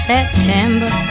September